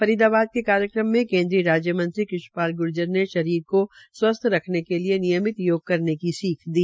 फरीदाबाद के कार्यक्रम में केन्द्रीय राज्य मंत्री कृष्ण पाल ग्र्जर ने शरीर को स्वस्थ्य रखने के लिये नियमित योग करने की सीख दी